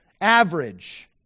average